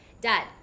Dad